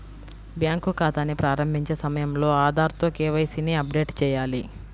bank ఖాతాని ప్రారంభించే సమయంలో ఆధార్ తో కే.వై.సీ ని అప్డేట్ చేయాలి